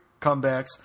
comebacks